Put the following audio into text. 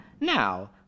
now